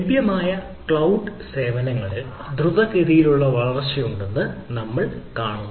ലഭ്യമായ ക്ലൌഡ് സേവനങ്ങളിൽ ദ്രുതഗതിയിലുള്ള വളർച്ചയുണ്ടെന്ന് നമ്മൾ കാണുന്നു